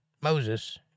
Moses